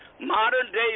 Modern-day